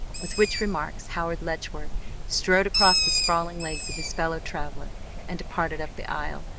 with which remarks howard letchworth strode across the sprawling legs of his fellow-traveller and departed up the aisle,